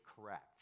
correct